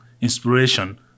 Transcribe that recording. inspiration